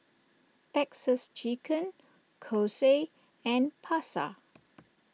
Texas Chicken Kose and Pasar